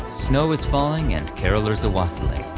snow is falling, and carolers a-wassailing.